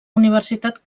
universitat